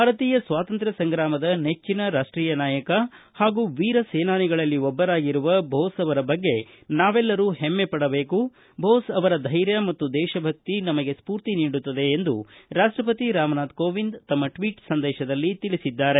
ಭಾರತೀಯ ಸ್ವಾತಂತ್ರ ಸಂಗ್ರಾಮದ ನೆಚ್ಚಿನ ರಾಷ್ಟೀಯ ನಾಯಕ ಹಾಗೂ ವೀರ ಸೇನಾನಿಗಳಲ್ಲಿ ಒಬ್ಬರಾಗಿರುವ ಬೋಸ್ ಅವರ ಬಗ್ಗೆ ನಾವೆಲ್ಲರು ಹೆಮ್ಮೆ ಪಡಬೇಕು ಬೋಸ್ ಅವರ ಧೈರ್ಯ ಮತ್ತು ದೇಶಭಕ್ತಿ ನಮಗೆ ಸ್ಫೂರ್ತಿ ನೀಡುತ್ತದೆ ಎಂದು ರಾಷ್ಟಪತಿ ರಾಮನಾಥ್ ಕೋವಿಂದ ತಮ್ಮ ಟ್ವೀಟ್ ಸಂದೇಶದಲ್ಲಿ ತಿಳಿಸಿದ್ದಾರೆ